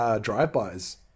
drive-bys